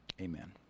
Amen